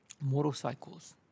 motorcycles